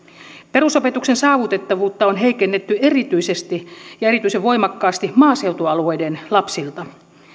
perusopetuksen saavutettavuutta on heikennetty erityisesti ja erityisen voimakkaasti maaseutualueiden lapsilta